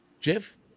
jeff